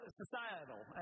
societal